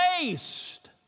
waste